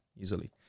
easily